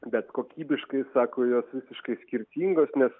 bet kokybiškai sako jos visiškai skirtingos nes